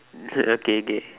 K K